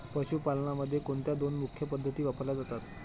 पशुपालनामध्ये कोणत्या दोन मुख्य पद्धती वापरल्या जातात?